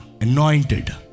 anointed